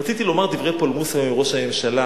רציתי לומר דברי פולמוס היום עם ראש הממשלה,